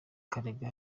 karega